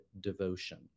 devotion